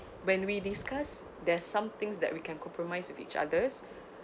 when we discuss there's some things that we can compromise with each others